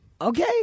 okay